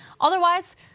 Otherwise